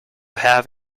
have